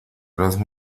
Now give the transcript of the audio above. las